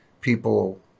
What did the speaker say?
people –